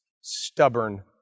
stubborn